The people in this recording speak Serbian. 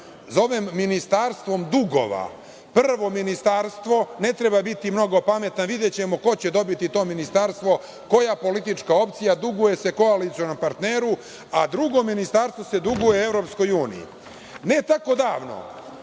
zovem ministarstvom dugova. Prvo ministarstvo, ne treba biti mnogo pametan, videćemo ko će dobiti to ministarstvo, koja politička opcija, duguje se koalicionom partneru, a drugo ministarstvo se duguje EU.Ne tako davno,